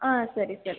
ಹಾಂ ಸರಿ ಸರಿ